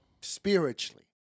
spiritually